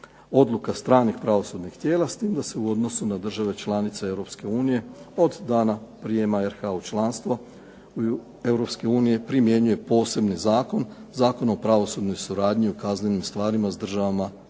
odluka stranih pravosudnih tijela, s tim da se u odnosu na države članice Europske unije, od dana prijema RH u članstvo Europske unije primjenjuje posebni zakon, Zakon o pravosudnoj suradnji u kaznenim stvarima s državama